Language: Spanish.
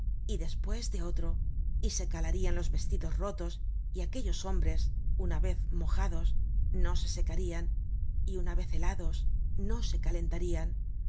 y despues de otro y se calarian los vestidos rotos y aquellos hombres una vez mojados no se secarian y una vez helados no se calentarian